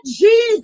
Jesus